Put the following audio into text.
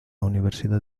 universidad